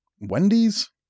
Wendy's